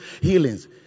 healings